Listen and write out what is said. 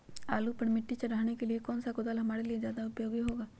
आलू पर मिट्टी चढ़ाने के लिए कौन सा कुदाल हमारे लिए ज्यादा उपयोगी होगा?